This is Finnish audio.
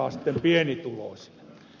kun ed